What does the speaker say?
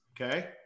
Okay